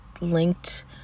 linked